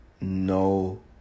no